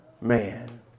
man